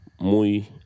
muy